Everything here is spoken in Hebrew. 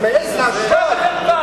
חברי הכנסת.